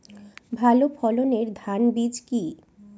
ভালো ফলনের ধান বীজ কি?